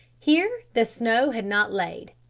here the snow had not laid,